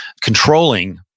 controlling